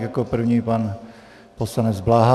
Jako první pan poslanec Bláha.